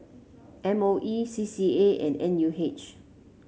M O E C C A and N U H